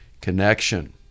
Connection